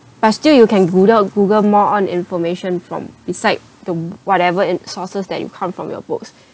but still you can google google more on information from beside the whatever and sources that you come from your books